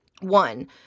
one